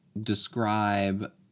describe